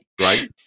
Right